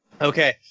Okay